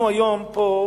אנחנו נפגשנו פה